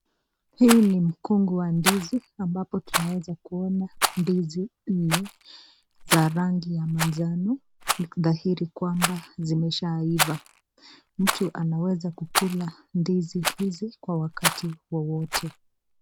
Hii ni mkungu wa ndizi ambapo tunaweza kunaona ndizi nne za rangi ya manjano, dhahiri kwamba zimeshaiva. Mtu anaweza kula ndizi hizi kw wakati wowote.